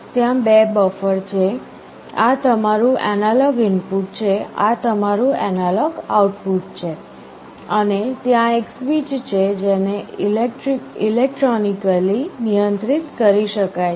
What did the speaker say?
ત્યાં બે બફર છે આ તમારું એનાલોગ ઇનપુટ છે આ તમારું એનાલોગ આઉટપુટ છે અને ત્યાં એક સ્વીચ છે જેને ઇલેક્ટ્રોનિકલી નિયંત્રિત કરી શકાય છે